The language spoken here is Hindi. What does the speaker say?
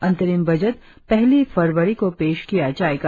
अंतरिम बजट पहली फरवरी को पेश किया जाएगा